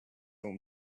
own